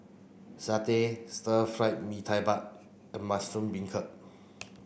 satay stir fried Mee Tai Mak and mushroom beancurd